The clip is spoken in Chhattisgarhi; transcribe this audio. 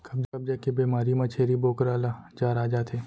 कब्ज के बेमारी म छेरी बोकरा ल जर आ जाथे